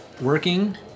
working